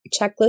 checklist